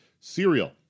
cereal